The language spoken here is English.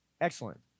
Excellent